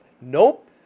nope